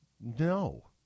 No